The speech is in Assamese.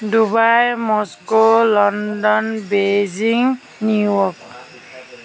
Dubai Moscow London Beijing New York